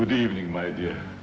good evening my dea